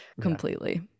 completely